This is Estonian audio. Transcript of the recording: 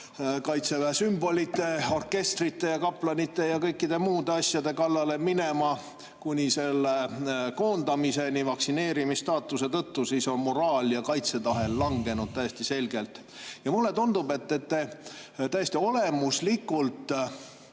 kaitseväe sümbolite, orkestrite, kaplanite ja kõikide muude asjade kallale minema kuni selle koondamiseni vaktsineerimisstaatuse tõttu, on moraal ja kaitsetahe langenud täiesti selgelt. Ja mulle tundub, et te täiesti olemuslikult